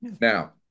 Now